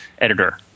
editor